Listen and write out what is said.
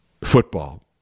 football